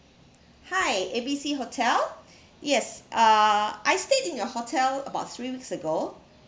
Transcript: hi A B C hotel yes uh I stayed in your hotel about three weeks ago